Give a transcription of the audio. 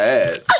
ass